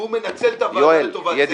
והוא מנצל את הוועדה לטובתו,